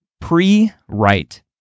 Pre-write